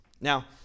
Now